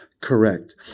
correct